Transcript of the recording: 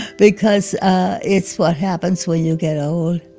because ah it's what happens when you get old,